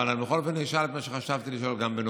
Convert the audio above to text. אבל אני בכל אופן אשאל את מה שחשבתי לשאול בנוכחותו.